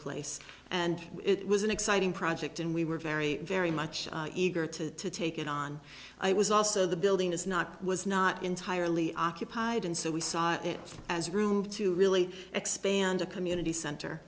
place and it was an exciting project and we were very very much eager to take it on it was also the building is not was not entirely occupied and so we saw it as room to really expand a community